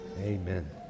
Amen